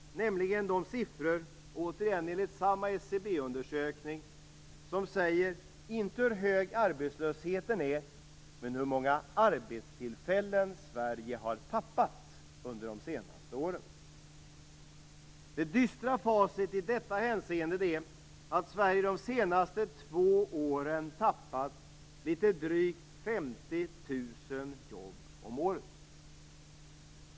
Det är de siffror - återigen enligt samma SCB-undersökning - som säger, inte hur hög arbetslösheten är, men hur många arbetstillfällen Sverige har tappat under de senaste åren. Det dystra facit i detta hänseende är att Sverige under de senaste två åren tappat litet drygt 50 000 jobb om året.